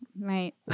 Right